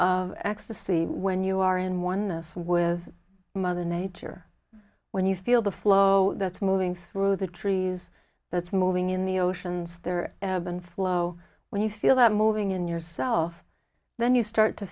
of ecstasy when you are in one this with mother nature when you feel the flow that's moving through the trees that's moving in the oceans there and flow when you feel that moving in yourself then you start to